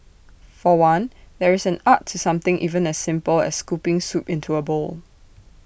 for one there is an art to something even as simple as scooping soup into A bowl